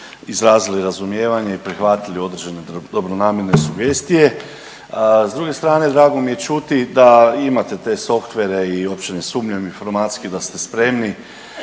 izrazili razumijevanje i prihvatili određene dobronamjerne sugestije. S druge strane, drago mi je čuti da imate te sorvere i uopće ne sumnjam informacijski da ste spremni